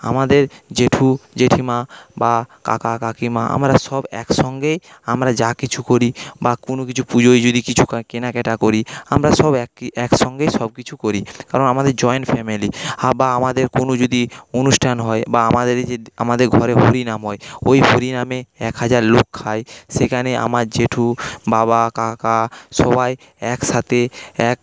আমাদের জেঠু জেঠিমা বা কাকা কাকিমা আমরা সব একসঙ্গেই আমরা যা কিছু করি বা কোনওকিছু পুজোয় যদি কেনাকাটা করি আমরা সব একই একসঙ্গে সবকিছু করি কারণ আমাদের জয়েন্ট ফ্যামিলি বা আমাদের কোনও যদি অনুষ্ঠান হয় বা আমাদের যে আমাদের ঘরে হরিনাম হয় ওই হরিনামে এক হাজার লোক খায় সেখানে আমার জেঠু বাবা কাকা সবাই একসাথে এক